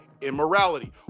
immorality